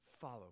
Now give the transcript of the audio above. follow